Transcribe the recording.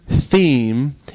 theme